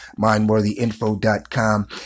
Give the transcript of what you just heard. MindworthyInfo.com